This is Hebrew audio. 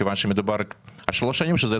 מכיוון שמדובר על שלוש שנים שזאת